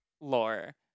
lore